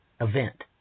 event